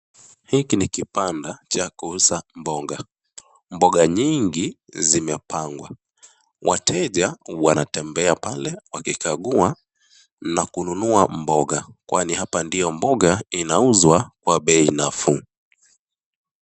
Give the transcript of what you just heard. Hiki ni kibanda cha kuuza mboga. Mboga nyingi zimepangwa. Wateja wanatemea pale wakikagua na kununua mboga, kwani hapa ndiyo mboga inauzwa kwa bei nafuu.